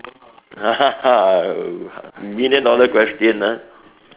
million dollar question ah